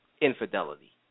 infidelity